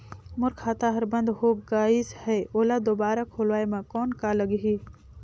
मोर खाता हर बंद हो गाईस है ओला दुबारा खोलवाय म कौन का लगही?